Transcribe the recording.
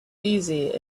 easy